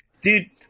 dude